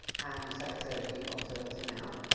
and you set it to default to to now.